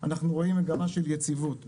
אנחנו רואים מגמה של יציבות.